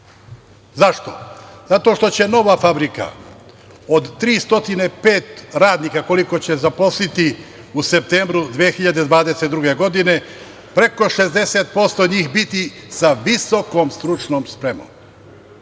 Zašto? Zato što će nova fabrika od 305 radnika koliko će zaposliti u septembru 2022. godine, preko 60% njih biti sa visokom stručnom spremom.